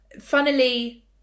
Funnily